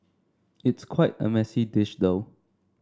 it's quite a messy dish though